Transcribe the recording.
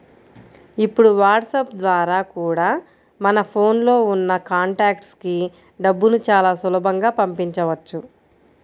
ఇప్పుడు వాట్సాప్ ద్వారా కూడా మన ఫోన్ లో ఉన్న కాంటాక్ట్స్ కి డబ్బుని చాలా సులభంగా పంపించవచ్చు